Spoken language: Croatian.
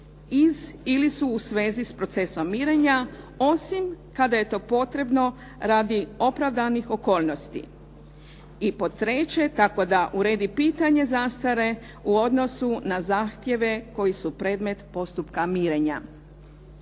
ili su u svezi s procesom mirenja osim kada je to potrebno radi opravdanih okolnosti. I pod 3, tako da uredi pitanje zastare u odnosu na zahtjeve koji su predmet postupka mirenja.